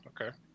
okay